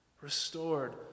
restored